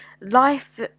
Life